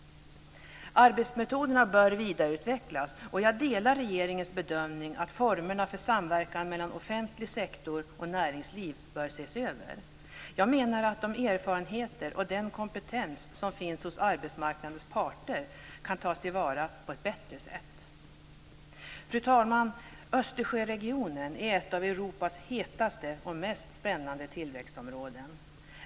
Arbetsmetoderna bör vidareutvecklas, och jag delar regeringens bedömning att formerna för samverkan mellan offentlig sektor och näringsliv bör ses över. Jag menar att de erfarenheter och den kompetens som finns hos arbetsmarknadens parter kan tas till vara på ett bättre sätt. Fru talman! Östersjöregionen är ett av Europas hetaste och mest spännande tillväxtområden.